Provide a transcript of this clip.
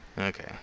Okay